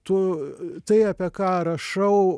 tu tai apie ką rašau